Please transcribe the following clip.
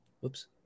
Whoops